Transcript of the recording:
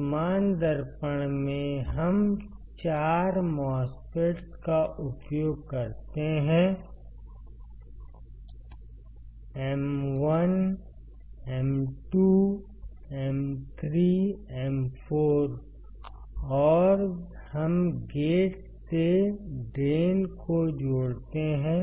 वर्तमान दर्पण में हम 4 MOSFETs का उपयोग करते हैं M1 M2 M3 M4 और हम गेट से ड्रेन को जोड़ते हैं